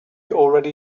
already